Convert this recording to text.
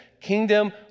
kingdom